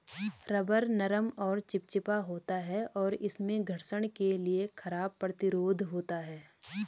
rubber नरम और चिपचिपा होता है, और इसमें घर्षण के लिए खराब प्रतिरोध होता है